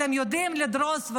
אתם יודעים לדרוס,